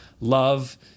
love